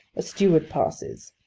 a steward passes.